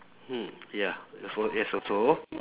mm ya also yes also